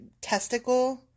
testicle